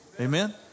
Amen